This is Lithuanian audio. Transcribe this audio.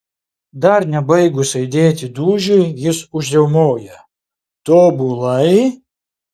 dar nebaigus aidėti dūžiui jis užriaumoja tobulai